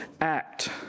act